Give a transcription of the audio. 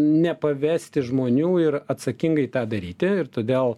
nepavesti žmonių ir atsakingai tą daryti ir todėl